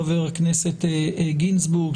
חבר הכנסת גינזבורג,